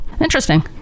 Interesting